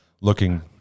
looking